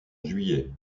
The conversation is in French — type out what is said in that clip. juillet